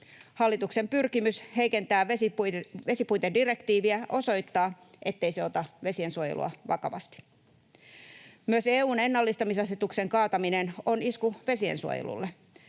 Hallituksen pyrkimys heikentää vesipuitedirektiiviä osoittaa, ettei se ota vesiensuojelua vakavasti. Myös EU:n ennallistamisasetuksen kaataminen on isku vesiensuojelulle.